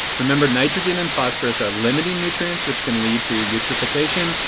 remember nitrogen and phosphorus are limiting nutrients which can lead to eutrophication.